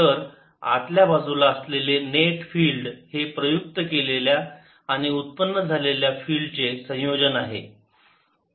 तर आतल्या बाजूला असलेले नेट फील्ड हे प्रयुक्त केलेल्या आणि उत्पन्न झालेल्या फील्ड चे संयोजन आहे